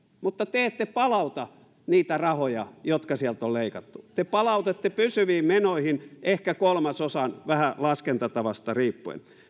mutta te ette palauta niitä rahoja jotka sieltä on leikattu te palautatte pysyviin menoihin ehkä kolmasosan vähän laskentatavasta riippuen